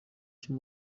icyo